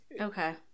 okay